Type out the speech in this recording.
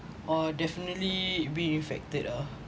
uh definitely be infected ah